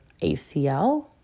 ACL